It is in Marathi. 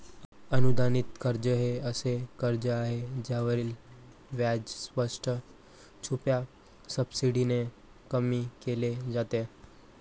अनुदानित कर्ज हे असे कर्ज आहे ज्यावरील व्याज स्पष्ट, छुप्या सबसिडीने कमी केले जाते